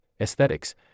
aesthetics